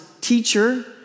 teacher